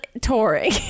touring